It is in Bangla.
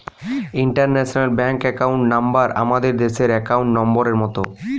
ইন্টারন্যাশনাল ব্যাংক একাউন্ট নাম্বার আমাদের দেশের একাউন্ট নম্বরের মত